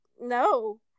No